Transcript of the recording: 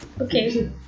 Okay